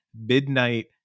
midnight